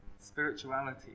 spirituality